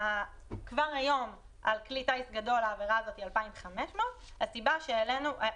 וכבר היום על כלי טיס גדול העבירה הזאת היא 2,500. בעצם